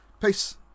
peace